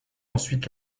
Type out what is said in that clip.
ensuite